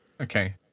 Okay